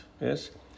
yes